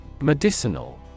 Medicinal